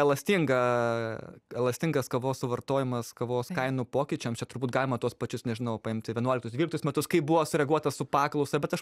elastinga elastingas kavos suvartojimas kavos kainų pokyčiams čia turbūt galima tuos pačius nežinau paimti vienuoliktus dvyliktus metus kaip buvo sureaguota su paklausa bet aš